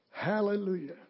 Hallelujah